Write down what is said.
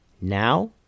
Now